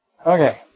Okay